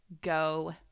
go